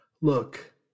Look